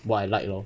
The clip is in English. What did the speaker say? what I like lor